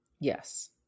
Yes